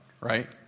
right